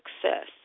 success